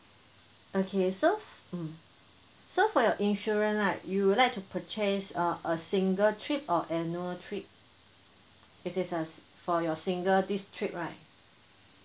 okay so f~ mm so for your insurance right you would like to purchase uh a single trip or annual trip is this a for your single this trip right